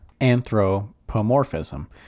anthropomorphism